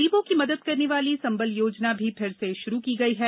गरीबों की मदद करने वाली संबल योजना भी फिर से शुरू की गई है